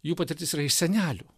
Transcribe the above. jų patirtis yra iš senelių